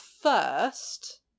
first